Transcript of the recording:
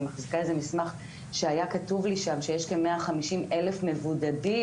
אני מחזיקה מסמך שהיה כתוב לי שם שיש כ-150 אלף מבודדים,